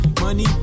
money